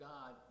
God